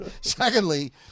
secondly